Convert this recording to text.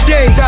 Day